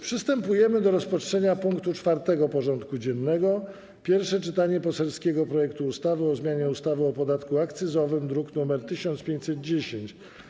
Przystępujemy do rozpatrzenia punktu 4. porządku dziennego: Pierwsze czytanie poselskiego projektu ustawy o zmianie ustawy o podatku akcyzowym (druk nr 1510)